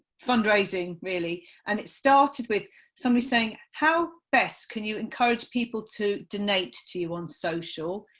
fundraising really? and it started with somebody saying how best can you encourage people to donate to you on social?